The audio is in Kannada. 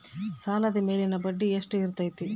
ಸಾಲದ ಮೇಲಿನ ಬಡ್ಡಿ ಎಷ್ಟು ಇರ್ತೈತೆ?